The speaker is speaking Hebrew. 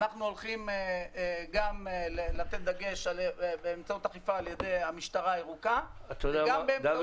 אנחנו הולכים לתת דגש באמצעות אכיפה על-ידי המשטרה הירוקה -- דוד,